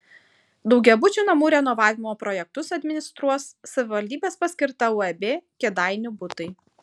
daugiabučių namų renovavimo projektus administruos savivaldybės paskirta uab kėdainių butai